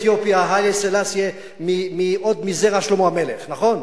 אתיופיה, היילה סלאסי, עוד מזרע שלמה המלך, נכון?